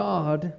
God